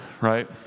right